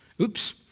Oops